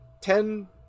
ten